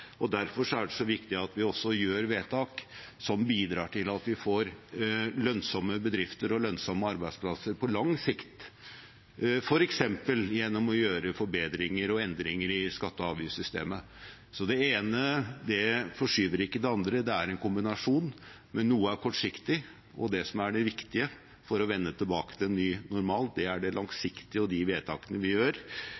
Derfor er det viktig at vi også gjør vedtak som bidrar til at vi får lønnsomme bedrifter og lønnsomme arbeidsplasser på lang sikt, f.eks. gjennom å gjøre forbedringer og endringer i skatte- og avgiftssystemet. Det ene fortrenger ikke det andre. Det er en kombinasjon, men noe er kortsiktig. Det som er det viktige for å vende tilbake til en ny normal, er